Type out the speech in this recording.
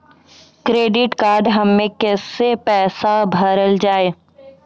Credit card हम्मे कैसे पैसा भरल जाए?